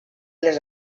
les